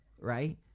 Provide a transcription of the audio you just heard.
right